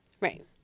Right